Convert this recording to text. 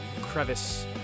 crevice